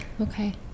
Okay